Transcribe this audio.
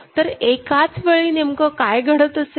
तर एकाच वेळी नेमकं काय घडत असेल